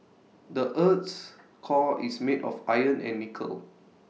the Earth's core is made of iron and nickel